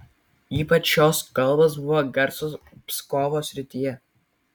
ypač šios kalbos buvo garsios pskovo srityje